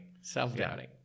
Self-doubting